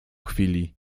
chwili